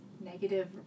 negative